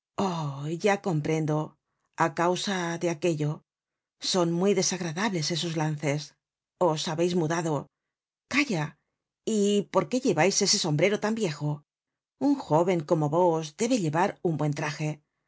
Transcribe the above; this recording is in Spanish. ya comprendo a causa de aquello son muy desagradables esos lances os habeis mudado calla y por qué llevais ese sombrero tan viejo un joven como vos debe llevar un buen traje no